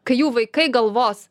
kai jų vaikai galvos